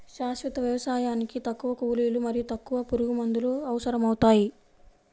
శాశ్వత వ్యవసాయానికి తక్కువ కూలీలు మరియు తక్కువ పురుగుమందులు అవసరమవుతాయి